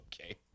Okay